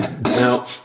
Now